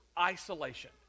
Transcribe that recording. Isolation